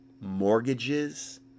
Mortgages